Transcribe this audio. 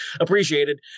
appreciated